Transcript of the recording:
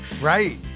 Right